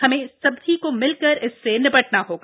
हमे सभी को मिलकर इससे निपटना होगा